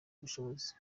ubushobozi